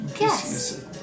Yes